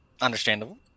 Understandable